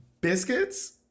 biscuits